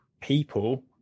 people